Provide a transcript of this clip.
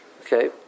Okay